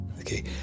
Okay